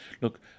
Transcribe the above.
Look